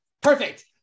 Perfect